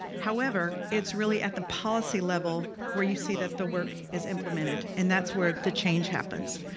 however, it's really at the policy level where you see that the work is implemented, and that's where the change happens.